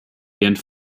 während